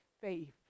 Faith